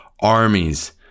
armies